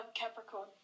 Capricorn